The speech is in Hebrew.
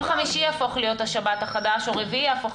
יום חמישי יהפוך להיות השבת החדשה או רביעי יהפוך